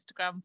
instagram